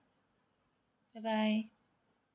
bye bye